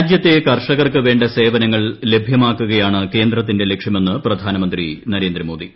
രാജ്യത്തെ കർഷകർക്ക് വേണ്ട സേവനങ്ങൾ ലഭ്യമാക്കുകയാണ് കേന്ദ്രത്തിന്റെ ലക്ഷ്യമെന്ന് പ്രധാനമന്ത്രി നരേന്ദ്രേമോദി